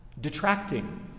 detracting